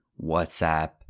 WhatsApp